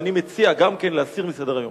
אני מציע גם כן להסיר את ההצעה מסדר-היום.